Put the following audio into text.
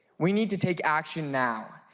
we need to take action now.